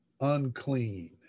unclean